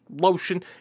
lotion